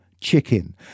chicken